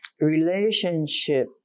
relationship